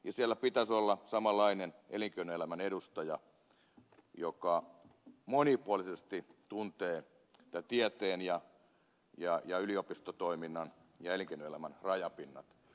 siellä pitäisi olla samanlainen elinkeinoelämän edustaja joka monipuolisesti tuntee tieteen ja yliopistotoiminnan ja elinkeinoelämän rajapinnat